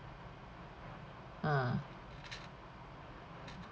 ah